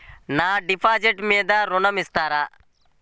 నా డిపాజిట్ మీద ఋణం ఇస్తారా?